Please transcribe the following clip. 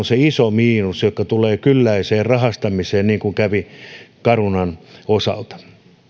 se iso miinus peikko joka liittyy kylläiseen rahastamiseen niin kuin kävi carunan osalta